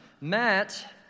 Matt